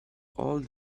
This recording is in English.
old